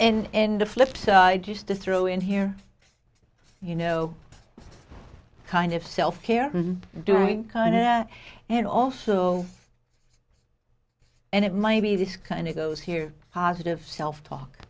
and in the flipside just to throw in here you know kind of self care during and also and it might be this kind of goes here positive self talk